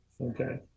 Okay